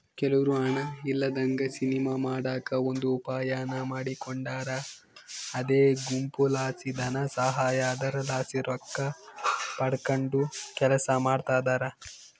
ಕೆಲವ್ರು ಹಣ ಇಲ್ಲದಂಗ ಸಿನಿಮಾ ಮಾಡಕ ಒಂದು ಉಪಾಯಾನ ಮಾಡಿಕೊಂಡಾರ ಅದೇ ಗುಂಪುಲಾಸಿ ಧನಸಹಾಯ, ಅದರಲಾಸಿ ರೊಕ್ಕಪಡಕಂಡು ಕೆಲಸ ಮಾಡ್ತದರ